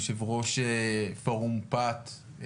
יו"ר פורום פת,